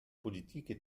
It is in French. politiques